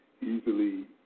easily